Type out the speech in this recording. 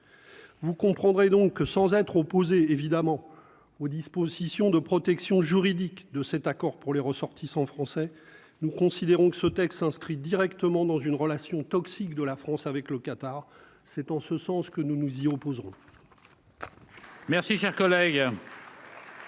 vous comprendrez donc que sans être opposé évidemment aux dispositions de protection juridique de cet accord pour les ressortissants français, nous considérons que ce texte s'inscrit directement dans une relation toxique de la France avec le Qatar, c'est en ce sens que nous nous y opposerons. Merci, cher collègue.